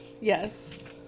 Yes